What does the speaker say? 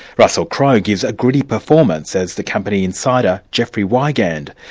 russell crowe gives a gritty performance as the company inside, ah jeffrey wigand,